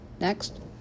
Next